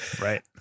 Right